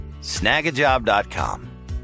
Snagajob.com